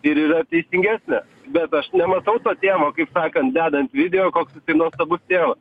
ir yra teisingesnė bet aš nematau to tėvo kaip sakant dedant video koks jisai nuostabus tėvas